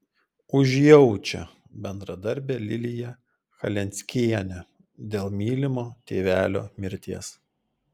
užjaučia bendradarbę liliją chaleckienę dėl mylimo tėvelio mirties